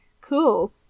cool